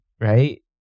right